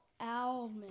Almond